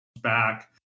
back